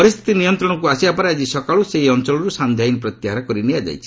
ପରିସ୍ଥିତି ନିୟନ୍ତ୍ରଣକୁ ଆସିବାପରେ ଆଜି ସକାଳୁ ସେହି ଅଞ୍ଚଳରୁ ସାନ୍ଧ୍ୟ ଆଇନ୍ ପ୍ରତ୍ୟାହାର କରି ନିଆଯାଇଛି